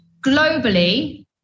globally